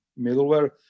middleware